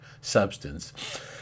substance